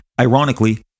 ironically